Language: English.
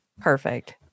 Perfect